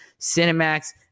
Cinemax